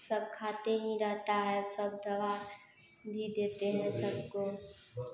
सब खाते ही रहता है सब दबा भी देते हैं सबको